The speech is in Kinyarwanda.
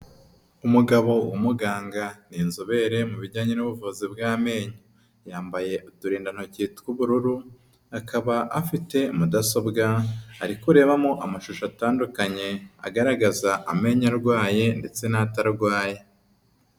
Umugabo umuganga ni inzobere mu bijyanye n'ubuvuzi bw'amenyo, yambaye uturindantoki tw'ubururu akaba afite mudasobwa ari kurebamo amashusho atandukanye agaragaza amenyo arwaye ndetse n'atarwaye.